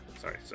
Sorry